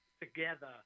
together